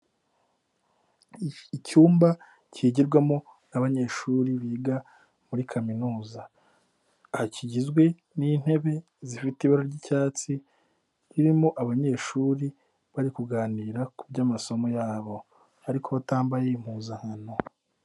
Icyumba kigirwamo n'abanyeshuri biga muri kaminuza, kigizwe n'intebe zifite ibara ry'icyatsi ririmo abanyeshuri bari kuganira ku by'amasomo yabo ariko batambaye impuzankano.